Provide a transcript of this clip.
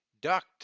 duct